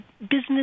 business